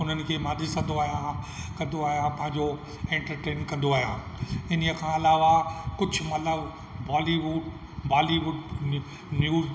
उन्हनि खे मां ॾिसंदो आहियां कंदो आहियां पंहिंजो एंटरटेन्मेंट कंदो आहियां इन्हीअ खां अलावा कुझु मतिलबु बॉलीवुड बालीवुड न्यूज